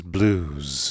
Blues